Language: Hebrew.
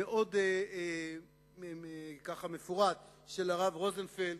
המאוד מפורט, של הרב רוזנפלד,